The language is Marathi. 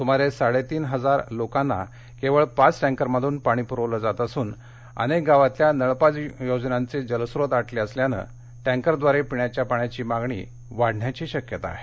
सुमारे साडेतीन हजार लोकांना केवळ पाच टँकर्मधून पाणी प्रविलं जात असून अनेक गावांमधल्या नळपाणी योजनांचे जलस्रोत आटलं असल्यानं टॅकरद्वारे पिण्याच्या पाण्याची मागणी वाढण्याची शक्यता आहे